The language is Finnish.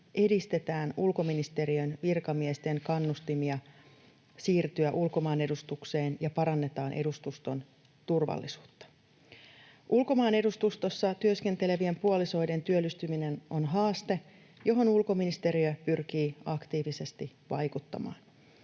Edistetään ulkoministeriön virkamiesten kannustimia siirtyä ulkomaanedustukseen ja parannetaan edustuston turvallisuutta. Ulkomaanedustustossa työskentelevien puolisoiden työllistyminen on haaste, johon ulkoministeriö pyrkii aktiivisesti vaikuttamaan.